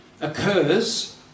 occurs